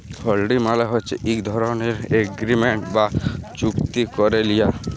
হুল্ডি মালে হছে ইক ধরলের এগ্রিমেল্ট বা চুক্তি ক্যারে লিয়া